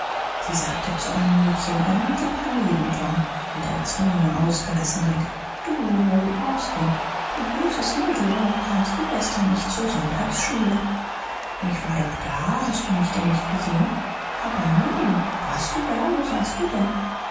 sie sagte zu einem mädchen unmittelbar neben tom mit erzwungener ausgelassenheit du mary austin du böses mädel warum kamst du gestern nicht zur sonntagsschule ich war doch da hast du mich denn nicht gesehen aber nein warst du da wo saßest du denn